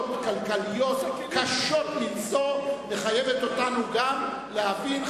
כלכליות קשות מנשוא מחייבת אותנו להבין,